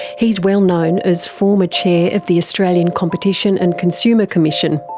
he's well known as former chair of the australian competition and consumer commission.